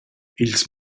ils